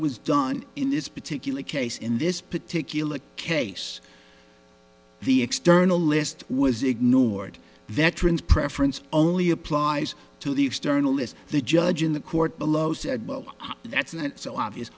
was done in this particular case in this particular case the external list was ignored veterans preference only applies to the external is the judge in the court below said well that's and so obvious